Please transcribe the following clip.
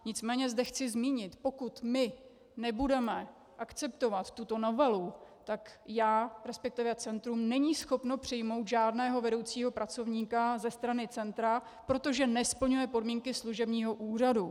Nicméně zde chci zmínit, pokud my nebudeme akceptovat tuto novelu, tak já, respektive centrum není schopno přijmout žádného vedoucího pracovníka ze strany centra, protože nesplňuje podmínky služebního úřadu.